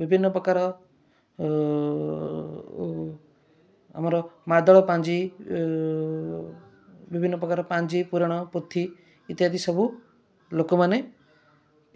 ବିଭିନ୍ନ ପ୍ରକାର ଆମର ମାଦଳା ପାଞ୍ଜି ବିଭିନ୍ନ ପ୍ରକାର ପାଞ୍ଜି ପୁରାଣ ପୋଥି ଇତ୍ୟାଦି ସବୁ ଲୋକମାନେ